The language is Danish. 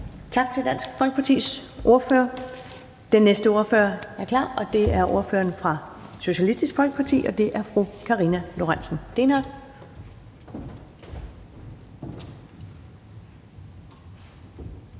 Tak til Dansk Folkepartis ordfører. Den næste ordfører er klar, og det er ordføreren fra Socialistisk Folkeparti, og det er fru Karina Lorenzen Dehnhardt.